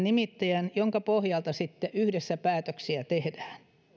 nimittäjän jonka pohjalta sitten yhdessä päätöksiä tehdään